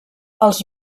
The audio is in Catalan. els